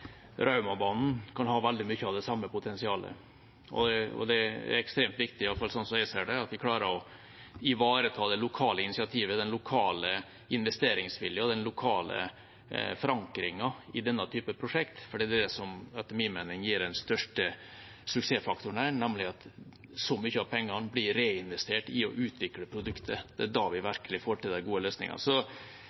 Raumabanen kan ha veldig mye av det samme potensialet. Det er ekstremt viktig, i alle fall sånn som jeg ser det, at vi klarer å ivareta det lokale initiativet, den lokale investeringsviljen og den lokale forankringen i denne typen prosjekt, for det er det som etter min mening gir den største suksessfaktoren her, nemlig at så mye av pengene blir reinvestert i å utvikle produktet. Det er da vi virkelig får til de gode løsningene.